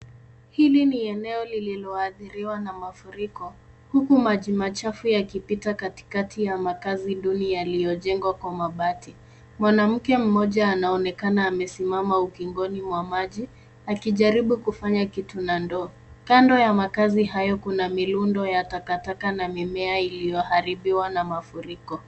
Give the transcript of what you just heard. Hili ni eneo lilioadhiriwa na mafuriko huku maji machafu yakipita katikati ya makazi yaliyojengwa kwa mabati. Mwanamke mmoja anaonekana amesimama ukingoni mwa maji akijaribu kufanya kitu na ndoo. Kando ya makazi hayo kuna mirundo na takataka iliyoharibiwa na mafuriko.